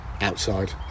outside